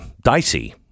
dicey